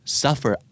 suffer